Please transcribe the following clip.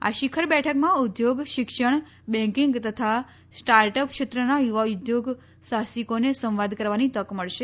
આ શિખર બેઠકમાં ઉદ્યોગ શિક્ષણ બેકિંગ તથા સ્ટાર્ટઅપ ક્ષેત્રના યુવા ઉદ્યોગ સાહસિકોને સંવાદ કરવાની તક મળશે